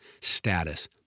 status